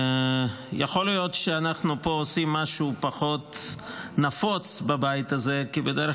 יכול להיות שאנחנו פה עושים משהו פחות נפוץ בבית הזה כי בדרך